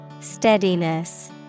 Steadiness